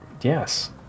Yes